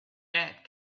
had